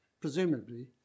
presumably